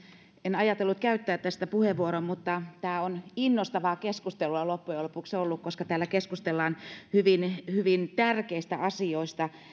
en ajatellut käyttää tästä puheenvuoroa mutta tämä on innostavaa keskustelua loppujen lopuksi ollut koska täällä keskustellaan hyvin hyvin tärkeistä asioista